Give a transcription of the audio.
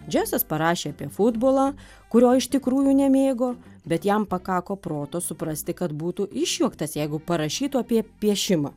džesas parašė apie futbolą kurio iš tikrųjų nemėgo bet jam pakako proto suprasti kad būtų išjuoktas jeigu parašytų apie piešimą